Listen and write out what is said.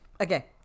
Okay